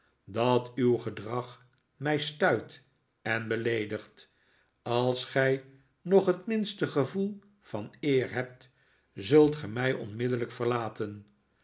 dat uw gedrag mij stuit en beleedigt als gij nog het minste gevoel van eer hebt zult ge mij onmiddellijk verlaten